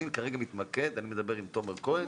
אני כרגע מתמקד, אני מדבר עם תומר כהן.